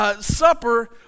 Supper